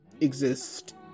exist